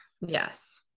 Yes